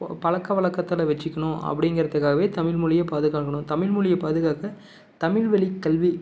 ப பழக்கவழக்கத்தில் வச்சிக்கணும் அப்படிங்கிறதுக்காகவே தமிழ் மொழியை பாதுகாக்கணும் தமிழ் மொழியை பாதுகாக்க தமிழ் வழிக்கல்வி